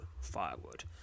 firewood